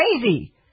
crazy